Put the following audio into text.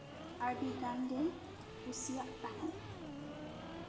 ᱟᱹᱰᱤ ᱜᱟᱱ ᱜᱮᱭ ᱠᱩᱥᱤᱭᱟᱜ ᱛᱟᱦᱮᱸᱜ